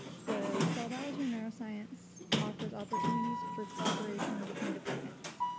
the cell biology and neuroscience offers opportunities for collaboration between departments.